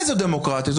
איזו דמוקרטיה זאת?